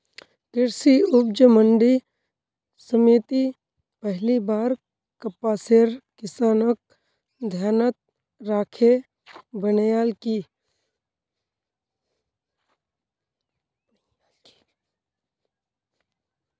कृषि उपज मंडी समिति पहली बार कपासेर किसानक ध्यानत राखे बनैयाल की